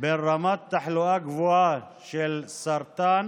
בין רמת תחלואה גבוהה בסרטן